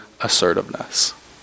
assertiveness